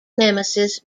nemesis